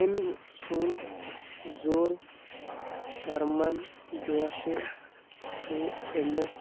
أمۍ سُنٛد زوٚر شرمن جوشن چھُ أمِس